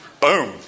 boom